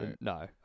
No